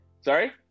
Sorry